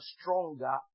stronger